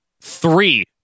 three